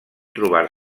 trobar